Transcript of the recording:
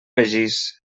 begís